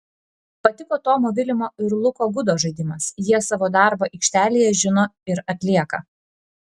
patiko tomo vilimo ir luko gudo žaidimas jie savo darbą aikštelėje žino ir atlieka